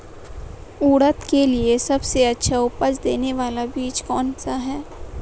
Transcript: उड़द के लिए सबसे अच्छा उपज देने वाला बीज कौनसा है?